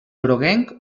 groguenc